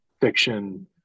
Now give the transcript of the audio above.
fiction